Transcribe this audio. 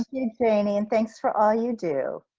you jayney and thanks for all you do.